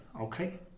Okay